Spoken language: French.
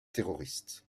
terroristes